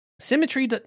Symmetry